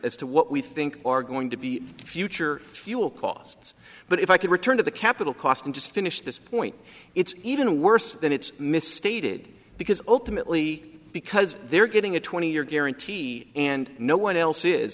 as to what we think are going to be the future fuel costs but if i could return to the capital cost i'm just finish this point it's even worse than it's misstated because ultimately because they're getting a twenty year guarantee and no one else is